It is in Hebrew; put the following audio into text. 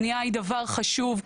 בנייה היא דבר חשוב,